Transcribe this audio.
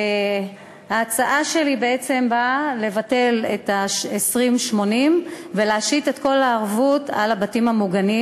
ההצעה שלי באה לבטל את ה-20 80 ולהשית את כל הערבות על הבתים המוגנים.